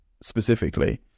specifically